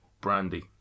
brandy